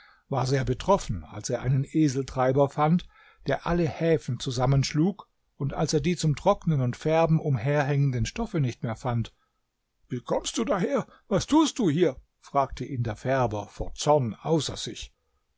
war sehr betroffen als er einen eseltreiber fand der alle häfen zusammenschlug und als er die zum trocknen und färben umherhängenden stoffe nicht mehr fand wie kommst du daher und was tust du hier fragte ihn der färber vor zorn außer sich